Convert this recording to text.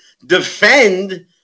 defend